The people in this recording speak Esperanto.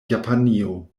japanio